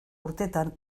urtetan